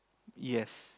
yes